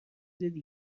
دیگه